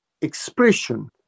expression